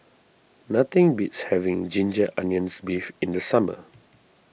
nothing beats having Ginger Onions Beef in the summer